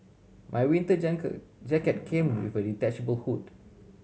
my winter jacket came with a detachable hood